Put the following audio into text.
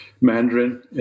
Mandarin